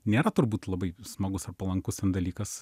nėra turbūt labai smagus ar palankus ten dalykas